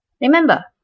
Remember